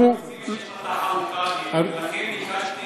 אנחנו, בביצים יש לך חלוקה, ולכן ביקשתי